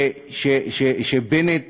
שבנט